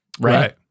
right